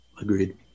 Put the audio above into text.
Agreed